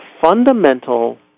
fundamental